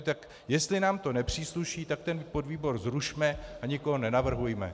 Tak jestli nám to nepřísluší, tak ten podvýbor zrušme a nikoho nenavrhujme.